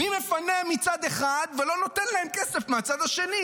מי מפנה מצד אחד ולא נותן להם כסף מהצד השני?